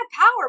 power